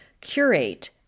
curate